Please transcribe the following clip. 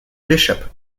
bishop